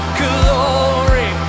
glory